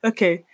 Okay